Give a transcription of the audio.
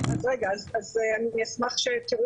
אני אשמח שתראו